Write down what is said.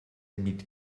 mit